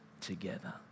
together